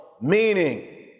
meaning